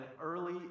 early